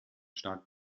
stark